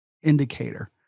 Indicator